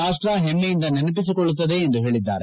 ರಾಷ್ಷ ಹೆಮ್ಮೆಯಿಂದ ನೆನಪಿಸಿಕೊಳ್ಳುತ್ತದೆ ಎಂದು ಹೇಳಿದ್ದಾರೆ